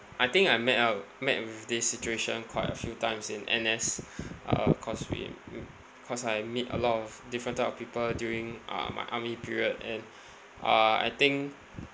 I think I met up met with this situation quite a few times in N_S uh cause we cause I meet a lot of different type of people during uh my army period and uh I think